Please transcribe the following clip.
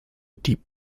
deep